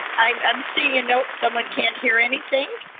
i'm um seeing and notes, someone can't hear anything.